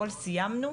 הכל סיימנו.